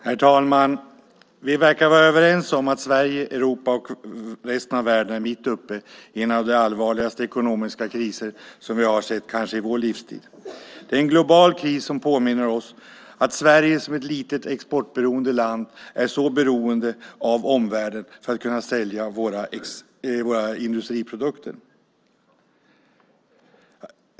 Herr talman! Vi verkar vara överens om att Sverige, Europa och resten av världen är mitt uppe i en av de kanske allvarligaste ekonomiska kriser som vi har sett under vår livstid. Det är en global kris som påminner oss om att Sverige som är ett litet exportberoende land är beroende av omvärlden för att kunna sälja sina industriprodukter.